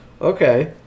Okay